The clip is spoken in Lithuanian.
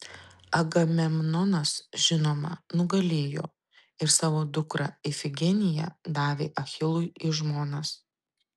agamemnonas žinoma nugalėjo ir savo dukrą ifigeniją davė achilui į žmonas